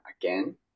again